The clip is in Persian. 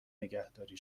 نگهداری